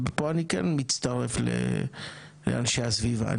פה אני כן מצטרף לאנשי הסביבה.